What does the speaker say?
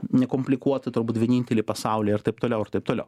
nekomplikuotą turbūt vieninteliai pasaulyje ir taip toliau ir taip toliau